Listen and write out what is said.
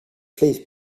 vlees